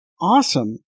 awesome